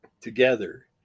Together